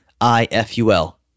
I-F-U-L